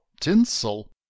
tinsel